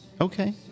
Okay